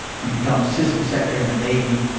he'd become assistant secretary of the navy